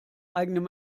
eigenem